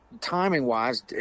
timing-wise